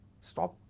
Stop